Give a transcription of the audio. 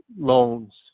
loans